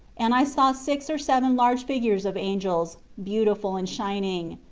and i saw six or seven large figures of angels, beautiful and shining.